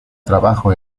trabajo